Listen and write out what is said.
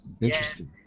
Interesting